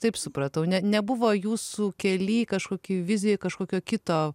taip supratau ne nebuvo jūsų kely kažkokių vizijoj kažkokio kito